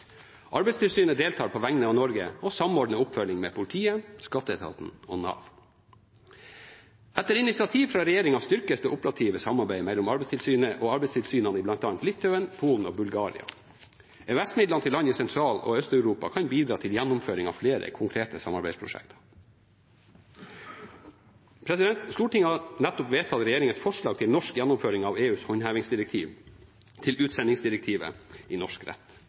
Arbeidstilsynet deltar på vegne av Norge og samordner oppfølging med politiet, Skatteetaten og Nav. Etter initiativ fra regjeringen styrkes det operative samarbeidet mellom Arbeidstilsynet og arbeidstilsynene i bl.a. Litauen, Polen og Bulgaria. EØS-midlene til land i Sentral- og Øst-Europa kan bidra til gjennomføring av flere konkrete samarbeidsprosjekter. Stortinget har nettopp vedtatt regjeringens forslag til norsk gjennomføring av EUs håndhevingsdirektiv til utsendingsdirektivet i norsk rett.